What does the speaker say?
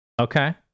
Okay